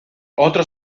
otro